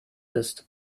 ist